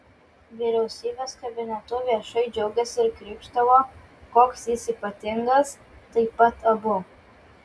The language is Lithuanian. vyriausybės kabinetu viešai džiaugėsi ir krykštavo koks jis ypatingas taip pat abu